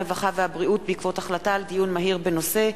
הרווחה והבריאות בעקבות דיון מהיר בנושא: